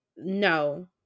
No